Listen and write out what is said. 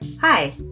Hi